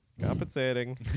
compensating